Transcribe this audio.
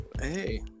Hey